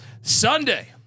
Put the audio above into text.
Sunday